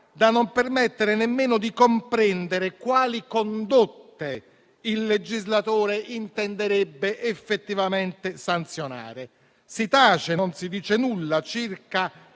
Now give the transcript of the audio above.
da non permettere nemmeno di comprendere quali condotte il legislatore intenderebbe effettivamente sanzionare. Si tace e non si dice nulla circa